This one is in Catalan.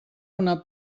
una